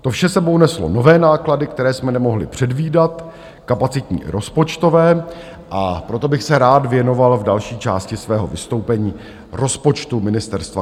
To vše s sebou neslo nové náklady, které jsme nemohli předvídat kapacitní, rozpočtové a proto bych se rád věnoval v další části svého vystoupení rozpočtu Ministerstva kultury.